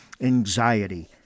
anxiety